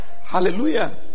Hallelujah